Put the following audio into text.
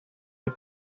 del